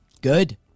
Good